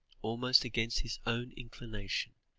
almost against his own inclination,